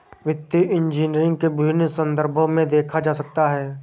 वित्तीय इंजीनियरिंग को विभिन्न संदर्भों में देखा जा सकता है